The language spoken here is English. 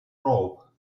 raop